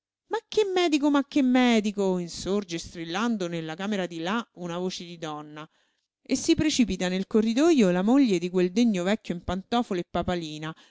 ma che medico ma che medico insorge strillando nella camera di là una voce di donna e si precipita nel corridojo la moglie di quel degno vecchio in pantofole